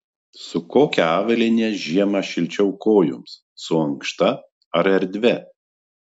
su kokia avalyne žiemą šilčiau kojoms su ankšta ar erdvia